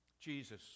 Jesus